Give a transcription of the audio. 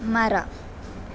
ಮರ